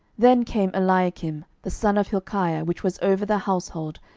then came eliakim the son of hilkiah, which was over the household,